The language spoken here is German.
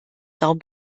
darum